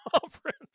conference